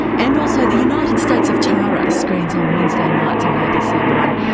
and also the united states of tara screens on wednesday nights on abc one,